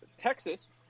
Texas